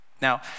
Now